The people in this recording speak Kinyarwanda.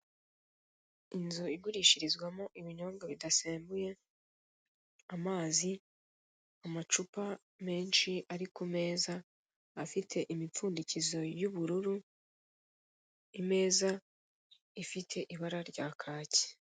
Inzu igurishirizwamo ibinyobwa bidasembuye aazi, amacupa menshi ari ku meza afite imipfundikizo y'ubururu, imeza ifite ibara rya kake.